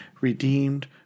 Redeemed